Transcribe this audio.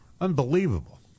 Unbelievable